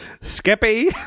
Skippy